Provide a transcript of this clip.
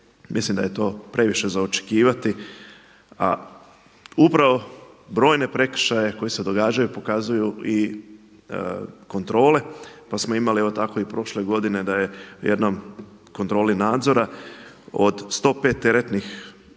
mislim da je to previše za očekivati. A upravo brojne prekršaje koji se događaju pokazuju i kontrole, pa smo imali tako prošle godine da je u jednoj kontroli nadzora od 105 teretnih